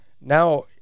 now